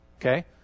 okay